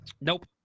Nope